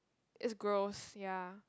is gross ya